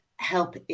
help